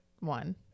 One